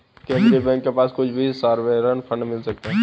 केन्द्रीय बैंक के पास भी कुछ सॉवरेन फंड मिल सकते हैं